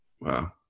Wow